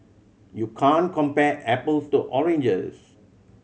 you can't compare apples to oranges